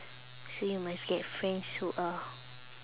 so you must get friends who are